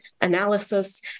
analysis